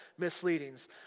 misleadings